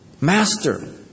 Master